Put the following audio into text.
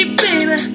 baby